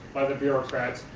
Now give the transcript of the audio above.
by the bureaucrats,